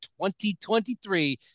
2023